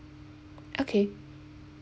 okay